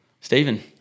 Stephen